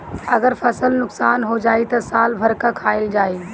अगर फसल नुकसान हो जाई त साल भर का खाईल जाई